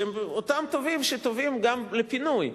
שהם אותם תובעים גם לפינוי,